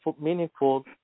meaningful